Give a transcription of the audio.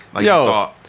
Yo